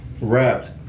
wrapped